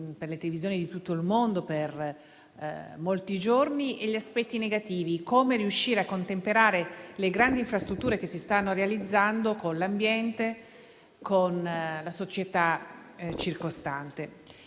sulle televisioni di tutto il mondo per molti giorni, e gli aspetti negativi, come riuscire a contemperare le grandi infrastrutture che si stanno realizzando con l'ambiente e la società circostante.